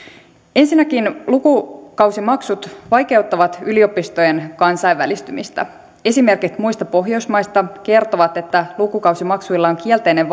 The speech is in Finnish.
ensinnäkin lukukausimaksut vaikeuttavat yliopistojen kansainvälistymistä esimerkit muista pohjoismaista kertovat että lukukausimaksuilla on kielteinen